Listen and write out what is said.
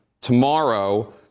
tomorrow